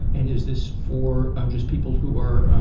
and is this for ah just people who are ah,